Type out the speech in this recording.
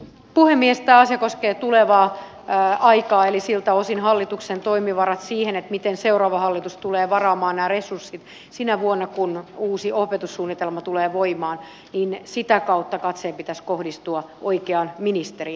tämä asia koskee tulevaa aikaa eli siltä osin hallituksen toimivarat siihen miten seuraava hallitus tulee varaamaan nämä resurssit sinä vuonna kun uusi opetussuunnitelma tulee voimaan niin sitä kautta katseen pitäisi kohdistua oikeaan ministeriin